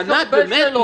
ענת, באמת נו.